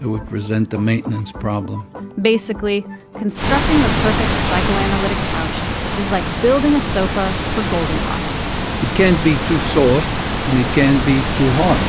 it would present the maintenance problem basically constructing the perfect psychoanalytic couch is like building a sofa for goldilocks it can't be too soft and it can't be too hard.